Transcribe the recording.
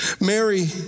Mary